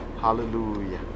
hallelujah